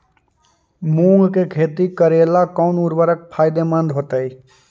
मुंग के खेती करेला कौन उर्वरक फायदेमंद होतइ?